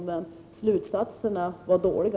Men slutsatserna var dåliga.